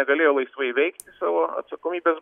negalėjo laisvai veikti savo atsakomybės